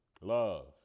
love